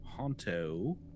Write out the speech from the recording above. honto